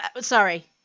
sorry